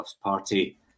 party